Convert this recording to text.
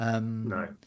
No